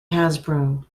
hasbro